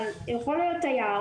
אבל הוא יכול להיות תייר,